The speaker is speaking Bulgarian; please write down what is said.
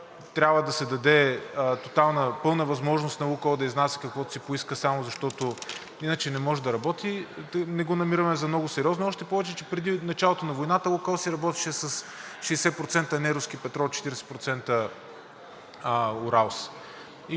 трябва да се даде тотална, пълна възможност на „Лукойл“ да изнася каквото си поиска само защото иначе не може да работи, не го намираме за много сериозно, още повече че преди началото на войната „Лукойл“ си работеше с 60% неруски петрол, 40% „Уралс“.